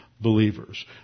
believers